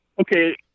Okay